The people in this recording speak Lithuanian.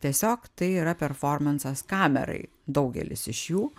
tiesiog tai yra performansas kamerai daugelis iš jų